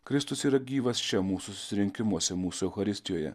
kristus yra gyvas čia mūsų susirinkimuose mūsų eucharistijoje